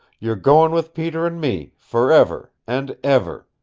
you're goin' with peter and me, for ever and ever.